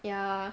ya